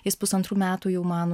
jis pusantrų metų jau man